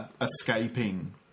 escaping